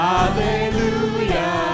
Hallelujah